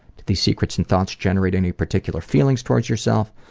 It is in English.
do these secrets and thoughts generate any particular feelings towards yourself?